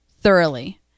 thoroughly